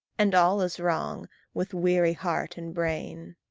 and all is wrong with weary heart and brain.